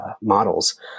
models